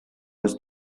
was